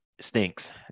stinks